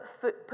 put